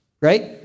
Right